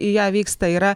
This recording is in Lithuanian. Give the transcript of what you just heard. į ją vyksta yra